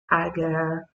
aga